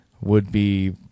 would-be